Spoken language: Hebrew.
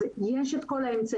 אז יש את כל האמצעים.